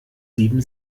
sieben